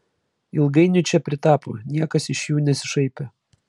ilgainiui čia pritapo niekas iš jų nesišaipė